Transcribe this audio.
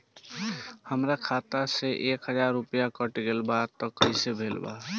हमार खाता से एक हजार रुपया कट गेल बा त कइसे भेल बा?